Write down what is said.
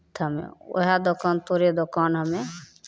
थमे ओहए दोकान तोरे दोकान हमे